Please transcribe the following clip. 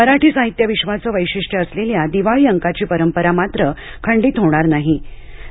मराठी साहित्यविश्वाचं वैशिष्ट्य असलेल्या दिवाळी अंकांची परंपरा मात्र खंडित होणार नाही आहे